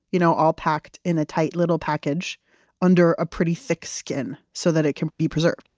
you know all packed in a tight little package under a pretty thick skin so that it can be preserved.